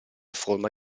forma